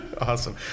Awesome